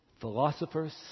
philosophers